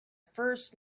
first